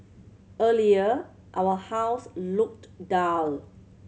earlier our house looked dull